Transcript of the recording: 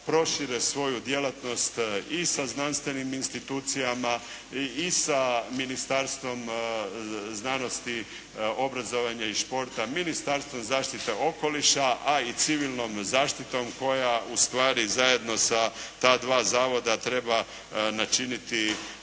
prošire svoju djelatnost i sa znanstvenim institucijama i sa Ministarstvom znanosti, obrazovanja i športa, Ministarstvom zaštite okoliša a i civilnom zaštitom koja ustvari zajedno sa ta dva zavoda treba načiniti